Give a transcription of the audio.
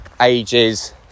ages